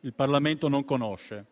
il Parlamento non conosce.